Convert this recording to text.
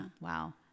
wow